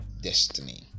destiny